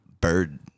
bird